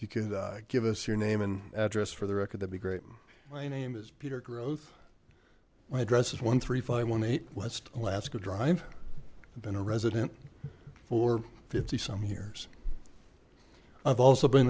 you can give us your name and address for the record to be great my name is peter growth my address is one three five one eight west alaska dr been a resident for fifty some years i've also been